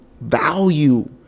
value